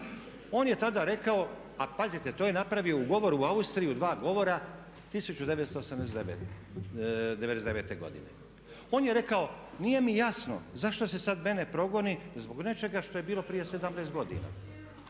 On je tada rekao a pazite to je napravio u govoru u Austriji u dva govora 1999. godine. On je rekao nije mi jasno zašto se sad mene progoni, zbog nečega što je bilo prije 17 godina.